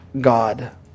God